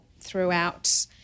throughout